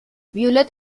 violett